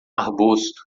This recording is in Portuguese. arbusto